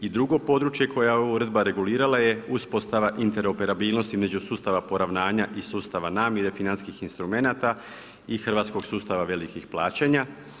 I drugo područje koje je ova uredba uređivala je uspostava interoperabilnosti među sustava poravnanja i sustava namire financijskih instrumenata i hrvatskog sustava velikih plaćanja.